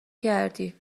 کردی